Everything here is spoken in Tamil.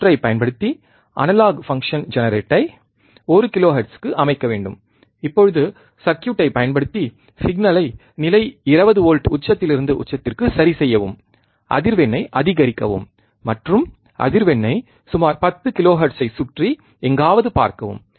மின் சுற்றைப் பயன்படுத்தி அனலாக் ஃபங்க்ஷன் ஜெனரேட்டரை 1 கிலோஹெர்ட்ஸுக்கு அமைக்க வேண்டும் இப்போது சர்க்யூட்டைப் பயன்படுத்தி சிக்னலை நிலை 20 வோல்ட் உச்சத்திலிருந்து உச்சத்திற்கு சரிசெய்யவும் அதிர்வெண்ணை அதிகரிக்கவும் மற்றும் அதிர்வெண்ணைச் சுமார் 10 கிலோஹெர்ட்ஸ் ஐ சுற்றி எங்காவது பார்க்கவும்